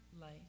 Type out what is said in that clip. light